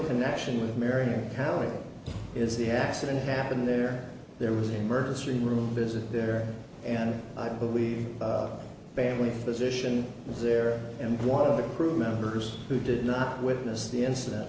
connection with marion county is the accident happened there there was an emergency room visit there and i believe family physician was there and one of the crew members who did not witness the incident